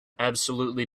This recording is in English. absolutely